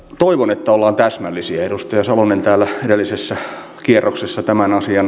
toivon että ollaan täsmällisiäedustaja salonen täällä ylisessä kierroksessa tämän asian